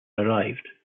arrived